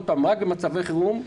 רק במצבי חירום,